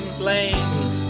flames